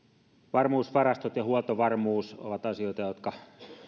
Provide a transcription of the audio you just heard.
varmuusvarastot ja huoltovarmuus ovat asioita jotka